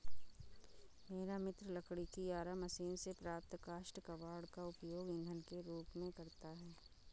मेरा मित्र लकड़ी की आरा मशीन से प्राप्त काष्ठ कबाड़ का उपयोग ईंधन के रूप में करता है